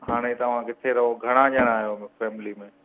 हाणे तव्हां किथे रहो घणा ॼणा आहियो फैमिली में